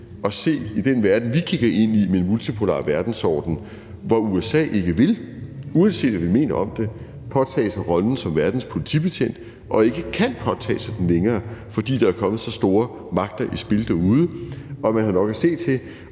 at se i den verden, vi kigger ind i med en multipolær verdensorden, at USA ikke vil, uanset hvad vi mener om det, påtage sig rollen som verdens politibetjent og ikke kan påtage sig den sig længere, fordi der er kommet så store magter i spil derude og man har nok at se til